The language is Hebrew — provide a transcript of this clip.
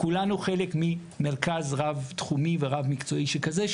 כולנו חלק ממרכז רב-תחומי ורב-מקצועי שכזה,